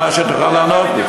כדי שתוכל לענות לי.